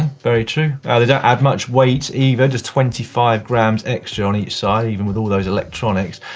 very true. ah they don't add much weight either, just twenty five grams extra on each side, even with all those electronics.